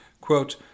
Quote